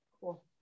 Cool